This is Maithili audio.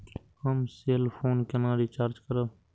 हम सेल फोन केना रिचार्ज करब?